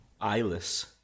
Eyeless